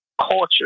culture